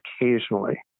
occasionally